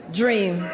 dream